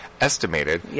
estimated